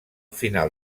final